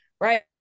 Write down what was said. Right